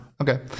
Okay